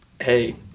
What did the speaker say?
hey